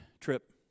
trip